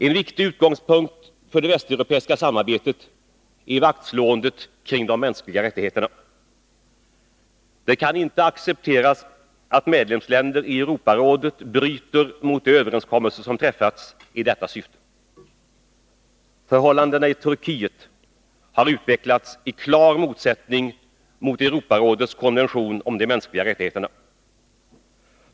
En viktig utgångspunkt för det västeuropeiska samarbetet är vaktslåendet kring de mänskliga rättigheterna. Det kan inte accepteras att medlemsländer i Europarådet bryter de överenskommelser som träffats i detta syfte. Förhållandena i Turkiet har utvecklats i klar motsättning mot Europarådets konvention om de mänskliga rättigheterna.